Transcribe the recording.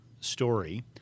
story